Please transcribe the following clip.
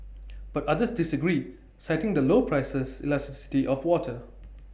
but others disagree citing the low price elasticity of water